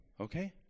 okay